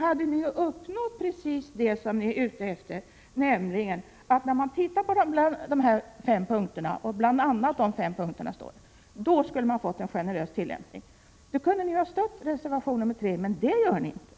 hade ni ju uppnått precis det som ni är ute efter, bl.a. de fem punkterna, och då skulle man ha fått en generös tillämpning. Ni borde stödja den reservationen, men det gör ni inte.